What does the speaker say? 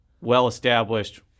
well-established